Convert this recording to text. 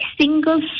single